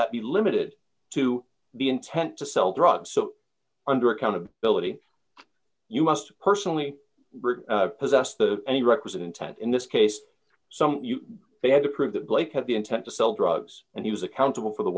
that be limited to the intent to sell drugs so under accountability you must personally possess the any requisite intent in this case they had to prove that blake had the intent to sell drugs and he was accountable for the